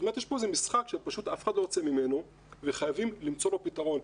יש פה איזה משחק שפשוט אף אחד לא יוצא ממנו וחייבים למצוא לו פתרון.